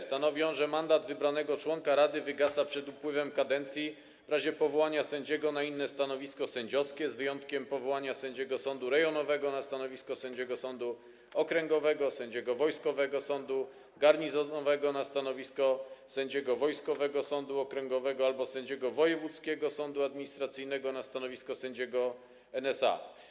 Stanowi on, że mandat wybranego członka rady wygasa przed upływem kadencji w razie powołania sędziego na inne stanowisko sędziowskie, z wyjątkiem powołania sędziego sądu rejonowego na stanowisko sędziego sądu okręgowego, sędziego wojskowego sądu garnizonowego na stanowisko sędziego wojskowego sądu okręgowego albo sędziego wojewódzkiego sądu administracyjnego na stanowisko sędziego NSA.